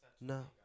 no